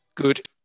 Good